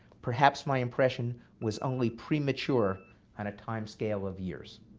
perhaps my impression was only premature on a timescale of years.